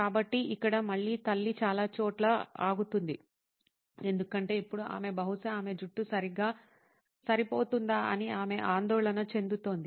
కాబట్టి ఇక్కడ మళ్ళీ తల్లి చాలా చోట్ల ఆగుతుంది ఎందుకంటే ఇప్పుడు ఆమె బహుశా ఆమె జుట్టు సరిగ్గా సరిపోతుందా అని ఆమె ఆందోళన చెందుతోంది